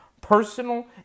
personal